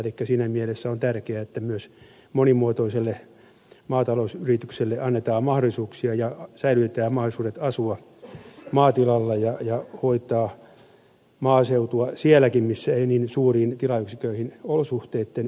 elikkä siinä mielessä on tärkeää että myös monimuotoiselle maatalousyritykselle annetaan mahdollisuuksia ja säilytetään mahdollisuudet asua maatilalla ja hoitaa maaseutua sielläkin missä ei niin suuriin tilayksiköihin olosuhteitten puolesta päästä